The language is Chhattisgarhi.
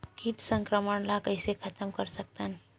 कीट संक्रमण ला कइसे खतम कर सकथन?